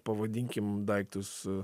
pavadinkim daiktus